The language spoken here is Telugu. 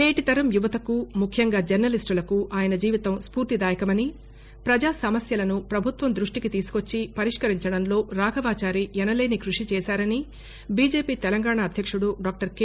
నేటి తరం యువతకు ముఖ్యంగా జర్నలిస్టులకు ఆయన జీవితం స్ఫూర్తిదాయకమని ప్రపజా సమస్యలను ప్రభుత్వం దృష్టికి తీసుకొచ్చి పరిష్కరించటంలో రాఘవచారి ఎనలేని కృషి చేశారని బీజేపీ తెలంగాణ అధ్యక్షుడు డాక్టర్ కె